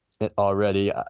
already